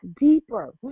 deeper